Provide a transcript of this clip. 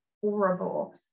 horrible